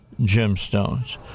gemstones